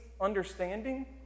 understanding